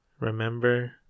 Remember